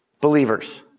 believers